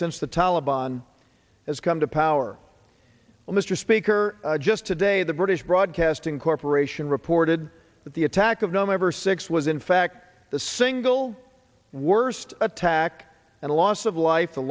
since the taleban has come to power well mr speaker just today the british broadcasting corporation reported that the attack of number six was in fact the single worst attack and loss of life the